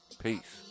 Peace